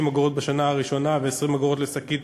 אגורות בשנה הראשונה ו-20 אגורות לשקית